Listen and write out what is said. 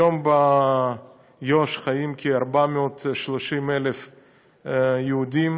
היום ביו"ש חיים כ-430,000 יהודים,